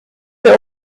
der